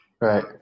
Right